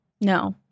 no